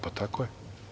Pa, tako je.